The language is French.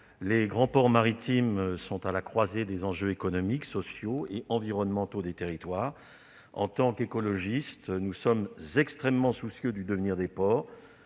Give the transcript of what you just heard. Les grands ports maritimes sont à la croisée des enjeux économiques, sociaux et environnementaux des territoires. En tant qu'écologistes, nous sommes extrêmement soucieux du devenir des ports.